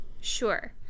Sure